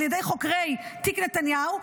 על ידי חוקרי תיק נתניהו,